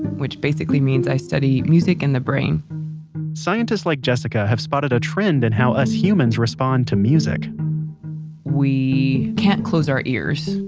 which basically means i study music and the brain scientists like jessica have spotted a trend in and how us humans respond to music we can't close our ears.